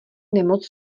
nemoc